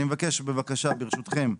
אני מבקש בבקשה ברשותכם,